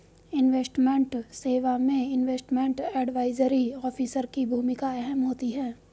investment सेवा में investment advisory officer की भूमिका अहम होती है